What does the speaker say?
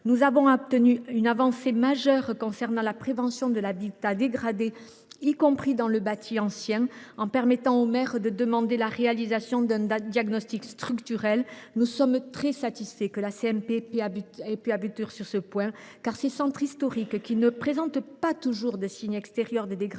Nous avons obtenu une avancée majeure concernant la prévention de l’habitat dégradé, y compris dans le bâti ancien, en permettant aux maires de demander la réalisation d’un diagnostic structurel. Historique ! Nous sommes très satisfaits que les discussions aient abouti sur ce point, car ces centres historiques, qui ne présentent pas toujours de signes extérieurs de dégradation,